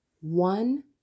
One